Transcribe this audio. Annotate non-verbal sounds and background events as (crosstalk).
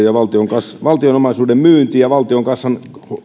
(unintelligible) ja sitten olivat valtion omaisuuden myynti ja valtion kassan